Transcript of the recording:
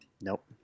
Nope